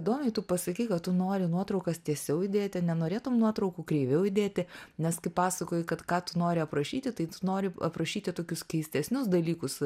įdomiai tu pasakei kad tu nori nuotraukas tiesiau dėti nenorėtum nuotraukų kreiviau įdėti nes kaip pasakoji kad ką tu nori aprašyti tai tu nori aprašyti tokius keistesnius dalykus